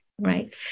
right